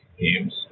games